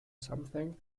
something